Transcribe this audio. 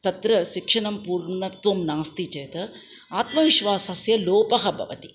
तत्र शिक्षणं पूर्णत्वं नास्ति चेत् आत्मविश्वासस्य लोपः भवति